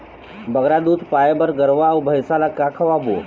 बगरा दूध पाए बर गरवा अऊ भैंसा ला का खवाबो?